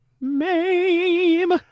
Mame